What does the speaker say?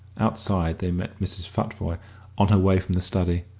outside they met mrs. futvoye on her way from the study.